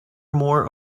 more